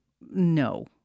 no